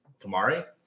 Kamari